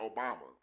Obama